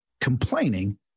complaining